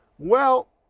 well,